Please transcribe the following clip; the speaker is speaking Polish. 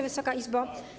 Wysoka Izbo!